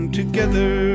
together